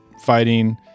fighting